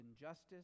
injustice